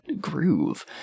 groove